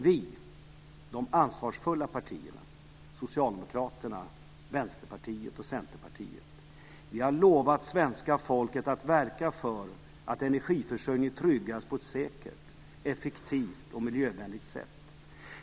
Vi, de ansvarsfulla partierna - Socialdemokraterna, Vänsterpartiet och Centerpartiet - har lovat svenska folket att verka för att energiförsörjningen tryggas på ett säkert, effektivt och miljövänligt sätt.